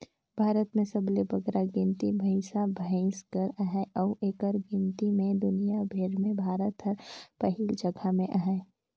भारत में सबले बगरा गिनती भंइसा भंइस कर अहे अउ एकर गिनती में दुनियां भेर में भारत हर पहिल जगहा में अहे